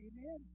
amen